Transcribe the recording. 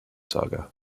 saga